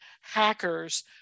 hackers